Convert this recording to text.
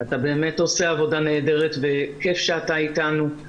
אתה באמת עושה עבודה נהדרת וכיף שאתה אתנו.